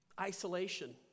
Isolation